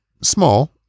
small